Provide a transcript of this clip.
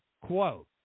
quote